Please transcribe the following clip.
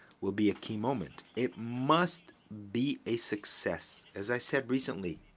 will be a key moment. it must be a success. as i said recently,